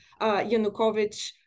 Yanukovych